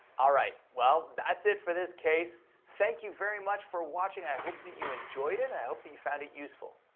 all right, well that's it for this case. thank you very much for watching. i hope that you enjoyed it, i hope that you found it useful.